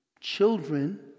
children